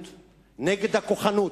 נגד האלימות, נגד הכוחנות.